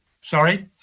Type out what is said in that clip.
Sorry